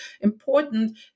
important